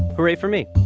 hooray for me!